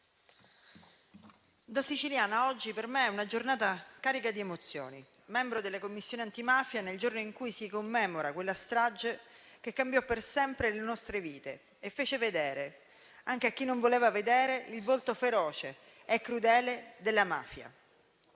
da siciliana, oggi per me è una giornata carica di emozioni: membro della Commissione antimafia nel giorno in cui si commemora quella strage che cambiò per sempre le nostre vite e fece vedere, anche a chi non voleva vedere, il volto feroce e crudele della mafia.